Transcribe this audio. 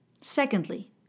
Secondly